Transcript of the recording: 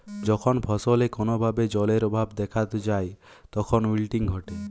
যখন ফসলে কোনো ভাবে জলের অভাব দেখাত যায় তখন উইল্টিং ঘটে